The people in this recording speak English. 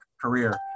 career